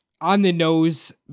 on-the-nose